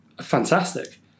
Fantastic